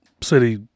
city